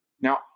Now